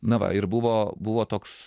na va ir buvo buvo toks